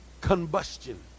combustion